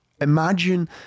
imagine